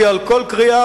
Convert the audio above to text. כי על כל קריאה,